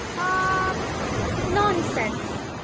off nonsense!